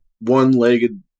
one-legged